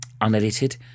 unedited